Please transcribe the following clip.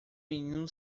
menino